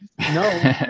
no